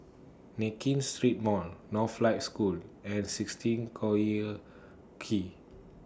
Nankin Street Mall Northlight School and sixteen Collyer Quay